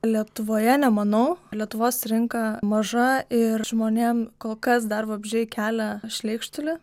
lietuvoje nemanau lietuvos rinka maža ir žmonėm kol kas dar vabzdžiai kelia šleikštulį